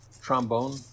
trombone